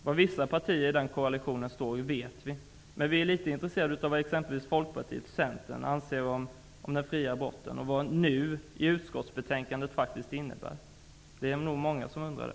Vad vissa partier i koalitionen står för vet vi, men vi är intresserade av vad exempelvis Folkpartiet och Centern anser om den fria aborten och vad ''nu'' i texten i utskottsbetänkandet faktiskt innebär. Det är nog många som undrar det.